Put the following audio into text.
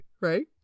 Right